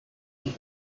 ich